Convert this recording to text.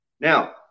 Now